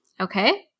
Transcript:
Okay